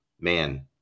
man